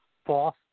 false